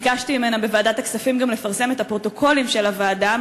ביקשתי ממנה בוועדת הכספים לפרסם גם את הפרוטוקולים של הוועדה,